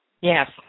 Yes